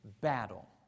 battle